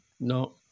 no